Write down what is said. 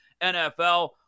NFL